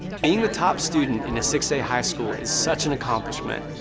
being the top student in a six day high school is such an accomplishment.